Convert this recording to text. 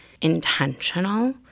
intentional